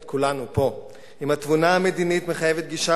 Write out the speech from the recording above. את כולנו פה: אם התבונה המדינית מחייבת גישה